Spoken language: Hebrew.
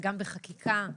וגם בחקיקה,